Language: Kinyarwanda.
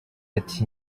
ati